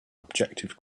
objective